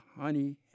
Honey